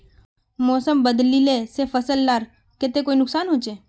मौसम बदलिले से फसल लार केते कोई नुकसान होचए?